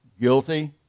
guilty